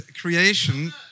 creation